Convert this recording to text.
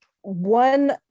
One